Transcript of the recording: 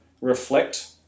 reflect